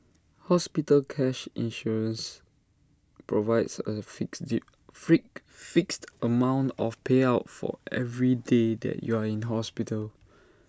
hospital cash insurance provides A fix freak fixed amount of payout for every day that you are in hospital